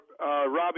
Robbie